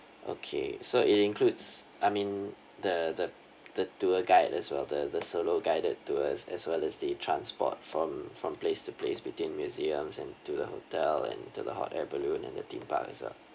okay so it includes I mean the the the tour guide as well the the solo guided tours as well as the transport from from place to place between museums and to the hotel and to the hot air balloon and the theme park as well